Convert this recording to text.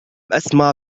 أسمع